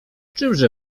czymże